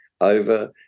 over